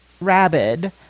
Rabid